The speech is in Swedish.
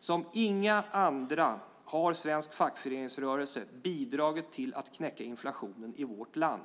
Som inga andra har svensk fackföreningsrörelse bidragit till att knäcka inflationen i vårt land.